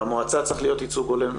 במועצה צריך להיות ייצוג הולם,